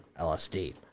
LSD